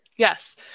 Yes